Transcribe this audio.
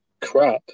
crap